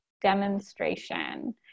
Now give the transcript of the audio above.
demonstration